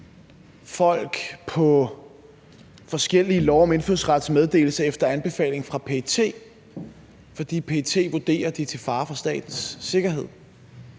folk på forskellige lovforslag om indfødsrets meddelelse efter anbefaling fra PET, fordi PET vurderer, at de er til fare for statens sikkerhed.